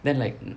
then like